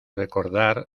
recordar